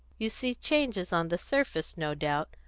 you see changes on the surface, no doubt,